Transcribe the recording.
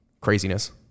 craziness